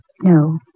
No